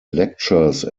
lectures